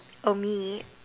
oh me